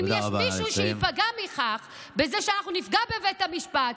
ואם יש מישהו שייפגע מכך בזה שאנחנו נפגע בבית המשפט,